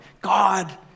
God